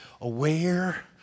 aware